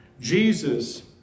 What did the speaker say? Jesus